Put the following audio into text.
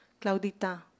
Claudita